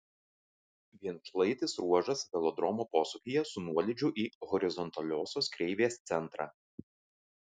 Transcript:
vienšlaitis ruožas velodromo posūkyje su nuolydžiu į horizontaliosios kreivės centrą